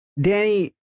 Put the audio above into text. Danny